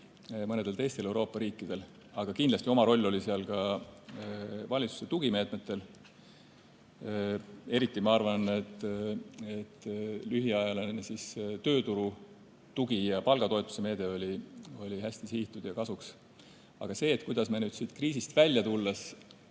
mõnedel teistel Euroopa riikidel. Aga kindlasti oma roll oli seal ka valitsuse tugimeetmetel. Eriti, ma arvan, et lühiajaline tööturu tugi ja palgatoetuse meede oli hästi sihitud ja tuli kasuks. Aga see, kuidas me siit kriisist välja tulles